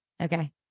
Okay